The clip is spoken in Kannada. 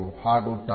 ಹಾಗು ತಾಳ